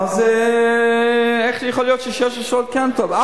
-- אז איך יכול להיות ש-16 שעות זה כן טוב?